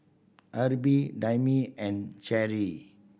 Erby Dayami and Cheri